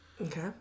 Okay